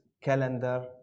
Calendar